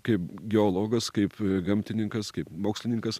kaip geologas kaip gamtininkas kaip mokslininkas